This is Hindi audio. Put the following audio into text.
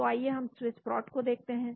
तो आइए स्विस्प्रोट को देखते हैं